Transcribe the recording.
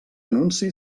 anunci